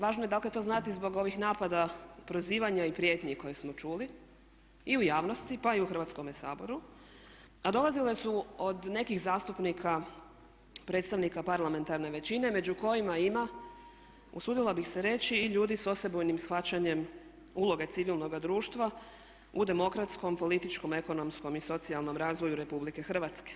Važno je dakle to znati zbog ovih napada prozivanja i prijetnji koje smo čuli i u javnosti pa i u Hrvatskome saboru a dolazile su od nekih zastupnika predstavnika parlamentarne većine među kojima ima, usudila bih se reći i ljudi sa osebujnim shvaćanjem uloge civilnoga društva u demokratskom, političkom, ekonomskom i socijalnom razvoju Republike Hrvatske.